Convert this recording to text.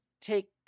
take